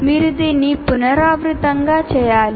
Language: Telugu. మీరు దీన్ని పునరావృతంగా చేయాలి